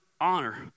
honor